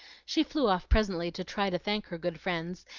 she flew off presently to try to thank her good friends,